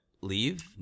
leave